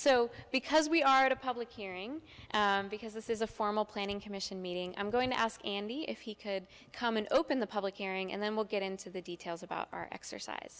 so because we are at a public hearing because this is a formal planning commission meeting i'm going to ask andy if he could come and open the public hearing and then we'll get into the details about our exercise